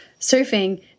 surfing